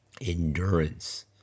Endurance